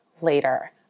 later